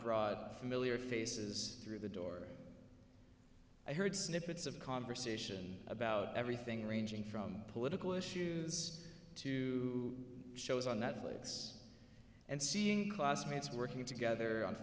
broad familiar faces through the door i heard snippets of conversation about everything ranging from political issues to shows on netflix and seeing classmates working together